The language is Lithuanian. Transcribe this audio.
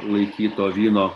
laikyto vyno